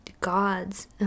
gods